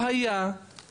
אין ולא היה אירוע,